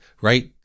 right